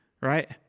right